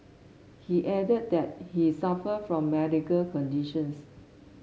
he added that he suffer from medical conditions